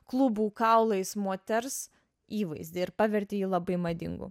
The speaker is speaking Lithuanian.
klubų kaulais moters įvaizdį ir pavertė jį labai madingu